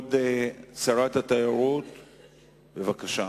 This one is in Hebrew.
כבוד שרת התיירות, בבקשה.